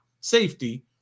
safety